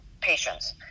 patients